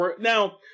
Now